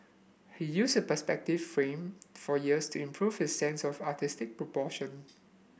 he used a perspective frame for years to improve his sense of artistic proportion